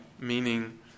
Meaning